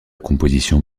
composition